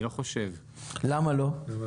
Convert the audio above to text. למה לא?